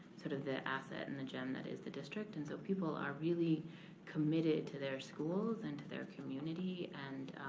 sort of the asset and the gem that is the district. and so people are really committed to their schools and to their community. and